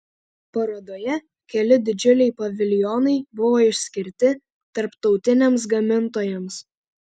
parodoje keli didžiuliai paviljonai buvo išskirti tarptautiniams gamintojams